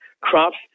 crops